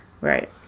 Right